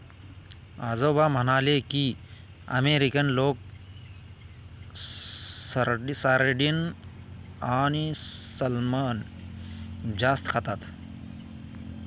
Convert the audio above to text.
आजोबा म्हणाले की, अमेरिकन लोक सार्डिन आणि सॅल्मन जास्त खातात